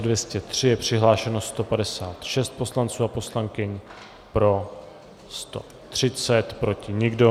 Je přihlášeno 156 poslanců a poslankyň, pro 130, proti nikdo.